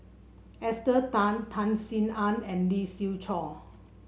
Esther Tan Tan Sin Aun and Lee Siew Choh